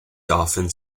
dauphin